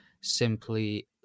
simply